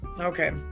okay